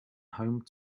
home